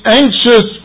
anxious